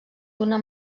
d’una